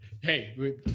hey